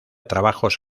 trabajos